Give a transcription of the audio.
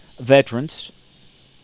veterans